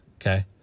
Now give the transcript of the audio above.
okay